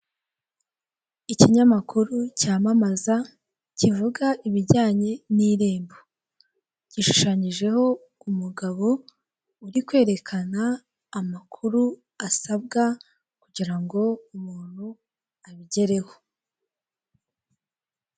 Umuhanda urimo igikamyo cy'umweru ku ruhande hari guturika umugabo wambaye ishati y'ubururu bwijimye n'ipantaro yumukara, inyuma ye hari imodoka y'umukara, ku ruhande hari umuhanda w'amapave uri kunyuramo abanyamaguru, hariho ni'icyapa, hepfo hari umugore wambaye ikanzu y'ubururu irimo n'uturabyo twumweru akaba ari gusohoka mu modoka yari iparitse.